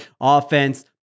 Offense